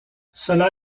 cela